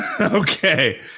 Okay